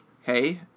hey